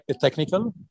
technical